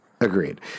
Agreed